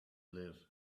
live